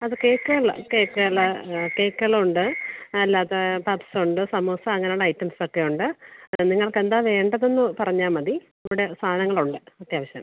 അത് കേക്ക്കൾ കേക്ക്കൾ കേക്ക്കളുണ്ട് അല്ലാത്ത പഫ്സുണ്ട് സമൂസ അങ്ങനുള്ള ഐറ്റംസൊക്കെ ഉണ്ട് നിങ്ങൾക്ക് എന്താണ് വേണ്ടതെന്ന് പറഞ്ഞാൽ മതി ഇവിടെ സാധനങ്ങളുണ്ട് അത്യാവശ്യം